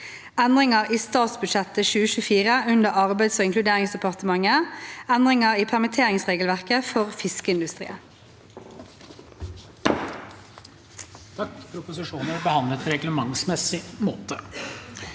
Endringer i statsbudsjettet 2024 under Arbeids- og inkluderingsdepartementet (endringer i permitteringsregelverket for fiskeindustrien)